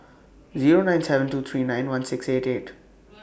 Zero nine seven two three nine one six eight eight